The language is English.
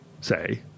say